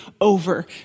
over